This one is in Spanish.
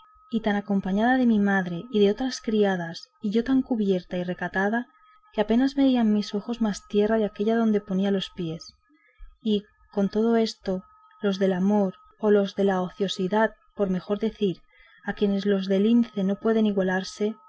y tan acompañada de mi madre y de otras criadas y yo tan cubierta y recatada que apenas vían mis ojos más tierra de aquella donde ponía los pies y con todo esto los del amor o los de la ociosidad por mejor decir a quien los de lince no pueden igualarse